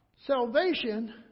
Salvation